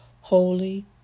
holy